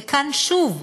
וכאן, שוב,